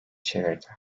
çevirdi